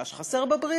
מה שחסר בבריאות,